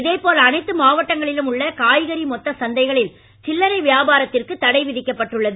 இதேபோல் அனைத்து மாவட்டங்களிலும் உள்ள காய்கறி மொத்த சந்தைகளில் சில்லறை வியாபாரத்திற்கு தடை விதிக்கப்பட்டுள்ளது